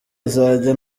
izajya